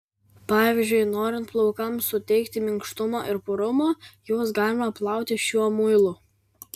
pavyzdžiui norint plaukams suteikti minkštumo ir purumo juos galima plauti šiuo muilu